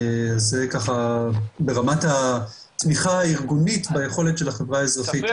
זה ככה ברמת התמיכה הארגונית ביכולת של החברה האזרחית.